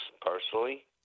personally